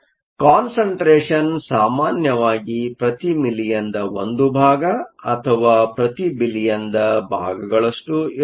ಆದ್ದರಿಂದ ಕಾನ್ಸಂಟ್ರೇಷನ್Concentration ಸಾಮಾನ್ಯವಾಗಿ ಪ್ರತಿ ಮಿಲಿಯನ್ದ ಒಂದು ಭಾಗ ಅಥವಾ ಪ್ರತಿ ಬಿಲಿಯನ್ದ ಭಾಗಗಳಷ್ಟು ಇರುತ್ತವೆ